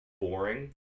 boring